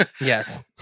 Yes